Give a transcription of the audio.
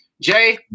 Jay